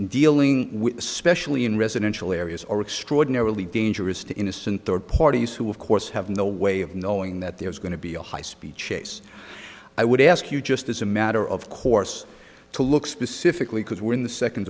dealing with especially in residential areas or extraordinarily dangerous to innocent third parties who of course have no way of knowing that there's going to be a high speed chase i would ask you just as a matter of course to look specifically because we're in the second